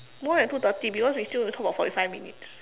more than two thirty because we still need to talk for forty five minutes